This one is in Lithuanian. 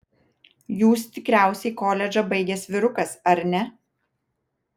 jūs tikriausiai koledžą baigęs vyrukas ar ne